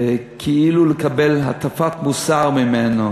וכאילו לקבל הטפת מוסר ממנו.